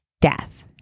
death